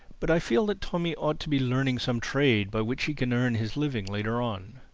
but i feel that tommy ought to be learning some trade by which he can earn his living later on.